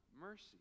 mercy